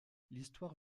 l’histoire